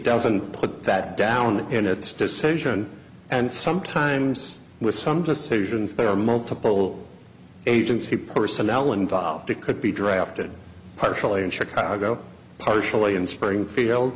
doesn't put that down in its decision and sometimes with some decisions there are multiple agency personnel involved it could be drafted partially in chicago partially in springfield